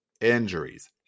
injuries